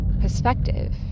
perspective